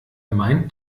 meint